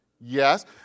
Yes